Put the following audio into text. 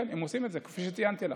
כן, הם עושים את זה, כפי שציינתי לך.